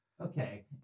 Okay